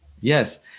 Yes